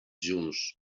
llums